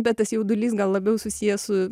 bet tas jaudulys gal labiau susijęs su